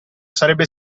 sarebbe